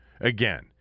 again